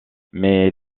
mais